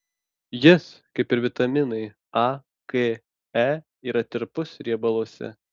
jis kaip ir vitaminai a k e yra tirpus riebaluose